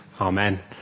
Amen